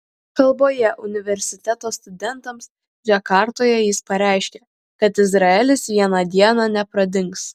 kalboje universiteto studentams džakartoje jis pareiškė kad izraelis vieną dieną nepradings